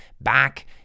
back